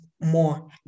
more